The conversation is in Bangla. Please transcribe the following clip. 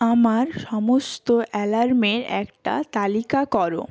আমার সমস্ত অ্যালার্মের একটা তালিকা করো